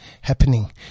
happening